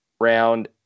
round